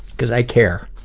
cause i care.